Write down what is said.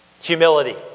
Humility